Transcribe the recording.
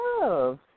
love